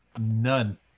None